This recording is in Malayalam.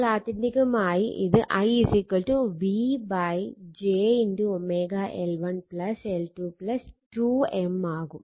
അപ്പോൾ ആത്യന്തികമായി ഇത് i V j L1 L2 2 M ആവും